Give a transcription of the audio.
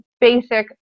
basic